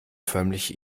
förmlich